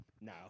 No